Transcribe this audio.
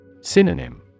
Synonym